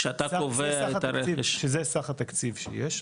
כשאתה קובע את הרכש --- שזה סך התקציב שיש,